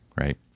right